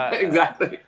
exactly.